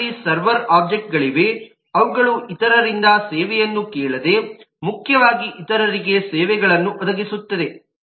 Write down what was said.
ನಮ್ಮಲ್ಲಿ server object ಗಳಿವೆ ಅವುಗಳು ಇತರರಿಂದ ಸೇವೆಯನ್ನು ಕೇಳದೆ ಮುಖ್ಯವಾಗಿ ಇತರರಿಗೆ ಸೇವೆಗಳನ್ನು ಒದಗಿಸುತ್ತದೆ